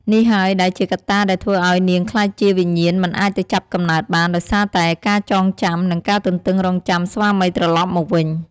នេះហើយដែលជាកត្តាដែលធ្វើឱ្យនាងក្លាយជាវិញ្ញាណមិនអាចទៅចាប់កំណើតបាន ដោយសារតែការចងចាំ និងការទន្ទឹងរង់ចាំស្វាមីត្រឡប់មកវិញ ។